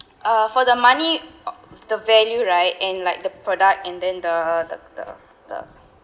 uh for the money the value right and like the product and then the the the the